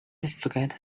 forget